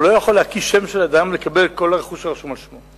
אבל הוא לא יכול להקיש שם של אדם ולקבל את כל הרכוש שרשום על שמו,